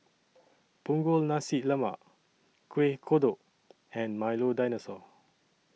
Punggol Nasi Lemak Kueh Kodok and Milo Dinosaur